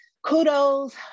Kudos